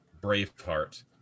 Braveheart